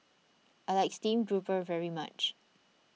I like Stream Grouper very much